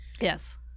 Yes